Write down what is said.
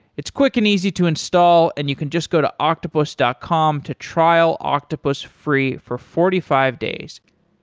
it's quick and easy to install and you can just go to octopus dot com to trial octopus free for forty five days.